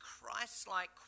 Christ-like